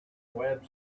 web